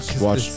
Watch